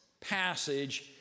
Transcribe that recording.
passage